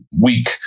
week